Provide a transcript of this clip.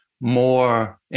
more